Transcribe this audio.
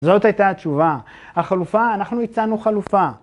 זאת הייתה התשובה. החלופה, אנחנו הצענו חלופה.